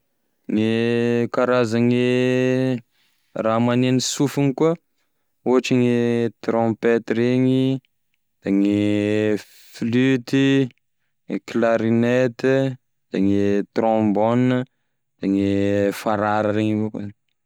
Gne karazane raha magneno sofiny koa: ohatry gne trompety reny da gne fluty, gne clarinette da gne trombone de gne farara regny avao koa.